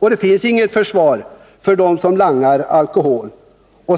Det finns inget försvar för dem som langar alkohol.